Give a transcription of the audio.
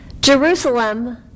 Jerusalem